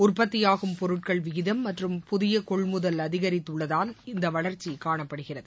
உற்பத்தி ஆகும் பொருட்கள் விகிதம் மற்றும் புதிய கொள்முதல் அதிகரித்துள்ளதால் இந்த வளர்ச்சி காணப்படுகிறது